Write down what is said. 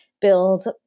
build